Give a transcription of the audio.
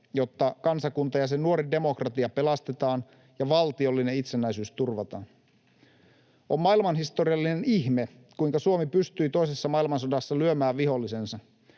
jotta kansakunta ja sen nuori demokratia pelastetaan ja valtiollinen itsenäisyys turvataan. On maailmanhistoriallinen ihme, kuinka Suomi pystyi toisessa maailmansodassa lyömään vihollisensa.